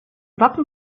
wappen